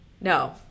No